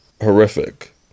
horrific